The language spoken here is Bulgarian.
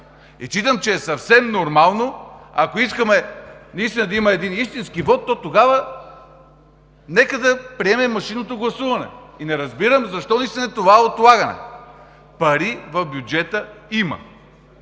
Считам, че е съвсем нормално, ако искаме да има един истински вот, да приемем машинното гласуване. Не разбирам защо е това отлагане – пари в бюджета има.